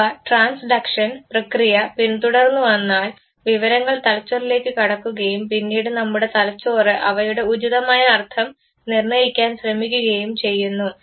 ഇവ ട്രാൻസ്ഡക്ഷൻ പ്രക്രിയ പിന്തുടർന്നു വന്നാൽ വിവരങ്ങൾ തലച്ചോറിലേക്ക് കടക്കുകയും പിന്നീട് നമ്മുടെ തലച്ചോറ് അവയുടെ ഉചിതമായ അർത്ഥം നിർണ്ണയിക്കാൻ ശ്രമിക്കുകയും ചെയ്യുന്നു